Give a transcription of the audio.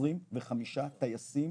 25 טייסים,